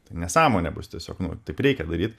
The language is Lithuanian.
tai nesąmonė bus tiesiog nu taip reikia daryt